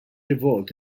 revolt